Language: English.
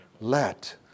let